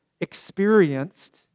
experienced